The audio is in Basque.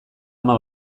ama